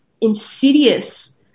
insidious